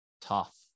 Tough